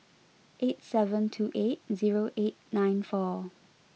eight seven two eight zero eight nine four